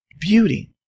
beauty